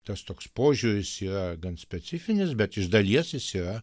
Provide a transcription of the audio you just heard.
tas toks požiūris yra gan specifinis bet iš dalies jis yra